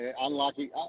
unlucky